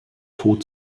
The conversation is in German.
tod